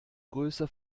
größe